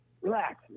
relax